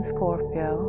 Scorpio